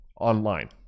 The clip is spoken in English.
online